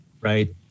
right